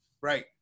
Right